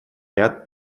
ряд